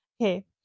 Okay